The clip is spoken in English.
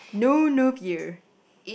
no no here